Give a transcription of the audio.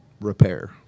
repair